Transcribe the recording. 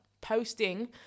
posting